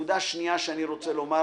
נקודה שנייה שאני רוצה לומר,